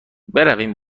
برویم